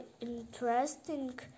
interesting